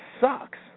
sucks